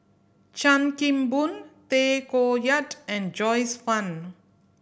Chan Kim Boon Tay Koh Yat and Joyce Fan